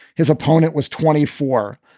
his opponent was twenty four.